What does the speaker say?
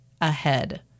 ahead